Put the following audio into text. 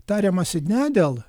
tariamasi ne dėl